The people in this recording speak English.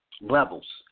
levels